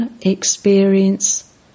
experience